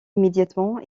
immédiatement